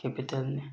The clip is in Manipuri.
ꯀꯦꯄꯤꯇꯦꯜꯅꯤ